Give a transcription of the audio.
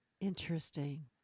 Interesting